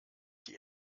die